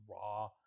raw